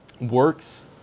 works